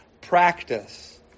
practice